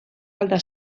falta